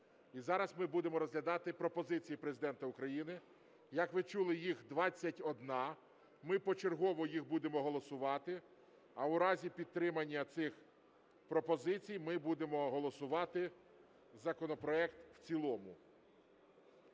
І зараз ми будемо розглядати пропозиції Президента України, як ви чули, їх 21. Ми почергово їх будемо голосувати. А в разі підтримання цих пропозицій ми будемо голосувати законопроект в цілому.